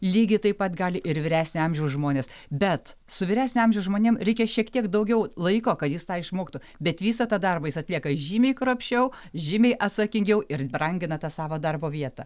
lygiai taip pat gali ir vyresnio amžiaus žmonės bet su vyresnio amžiaus žmonėm reikia šiek tiek daugiau laiko kad jis tą išmoktų bet visą tą darbą jis atlieka žymiai kruopščiau žymiai atsakingiau ir brangina tą savo darbo vietą